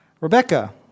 Rebecca